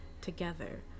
together